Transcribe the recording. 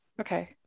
okay